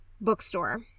bookstore